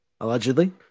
Allegedly